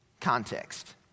context